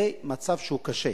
זה מצב שהוא קשה.